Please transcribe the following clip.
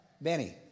Benny